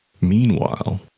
Meanwhile